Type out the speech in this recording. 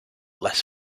less